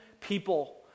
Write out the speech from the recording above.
people